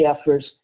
efforts